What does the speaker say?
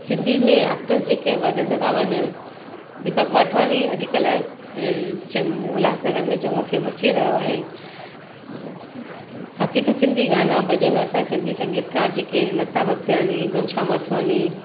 सिंधी में एक्टर्स जेके वधंदा था वञनि दिपक वाटवाणी अॼुकल्ह चें उल्हासनगर में चङो फेमस थी रहियो आहे बाक़ी त सिंधी गाना भॼन असां सिंधी संगीतकार जेके लता भॻत्याणी घनश्याम वासवाणी